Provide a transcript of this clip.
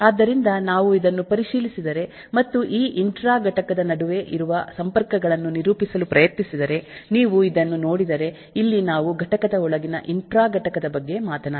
ಆದ್ದರಿಂದ ನಾವು ಇದನ್ನು ಪರಿಶೀಲಿಸಿದರೆ ಮತ್ತು ಈ ಇಂಟ್ರಾ ಘಟಕದ ನಡುವೆ ಇರುವ ಸಂಪರ್ಕಗಳನ್ನು ನಿರೂಪಿಸಲು ಪ್ರಯತ್ನಿಸಿದರೆ ನೀವು ಇದನ್ನು ನೋಡಿದರೆ ಇಲ್ಲಿ ನಾವು ಘಟಕದ ಒಳಗಿನ ಇಂಟ್ರಾ ಘಟಕದ ಬಗ್ಗೆ ಮಾತನಾಡುತ್ತಿದ್ದೇವೆ